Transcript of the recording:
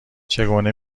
چگونه